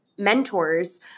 mentors